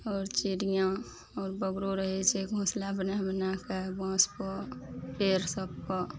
आओर चिड़ियाँ आओर बगरो रहय छै घोसला बनाय बनायके बाँसपर पेड़ सबपर